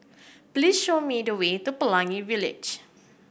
please show me the way to Pelangi Village